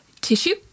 tissue